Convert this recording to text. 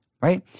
right